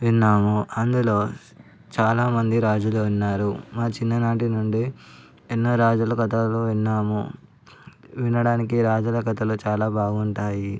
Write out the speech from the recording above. విన్నాము అందులో చాలా మంది రాజులు ఉన్నారు మా చిన్ననాటి నుండి ఎన్నో రాజుల కథలు విన్నాము వినడానికి రాజుల కథలు చాలా బాగుంటాయి